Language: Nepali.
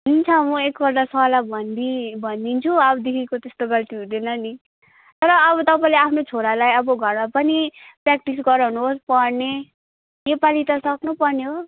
हुन्छ म एकपल्ट सरलाई भनिदिई भनिदिन्छु अबदेखिको त्यस्तो गल्ती हुँदैन नि तर अब तपाईँले आफ्नो छोरालाई अब घरमा पनि प्र्याक्टिस गराउनुहोस् पढ्ने नेपाली त सक्नुपर्ने हो